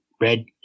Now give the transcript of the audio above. Red